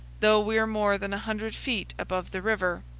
though we are more than a hundred feet above the river.